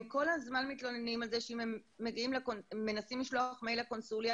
הם כל הזמן מתלוננים על זה שאם הם שולחים מייל לקונסוליה,